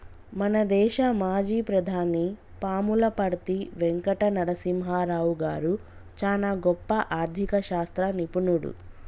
మన దేశ మాజీ ప్రధాని పాములపర్తి వెంకట నరసింహారావు గారు చానా గొప్ప ఆర్ధిక శాస్త్ర నిపుణుడు